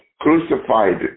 crucified